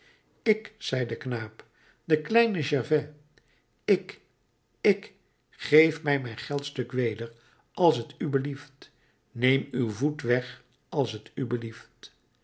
ik zei de knaap de kleine gervais ik ik geef mij mijn geldstuk weder als t u belieft neem uw voet weg als t u belieft